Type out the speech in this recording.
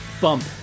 bump